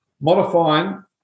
modifying